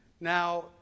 Now